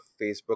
Facebook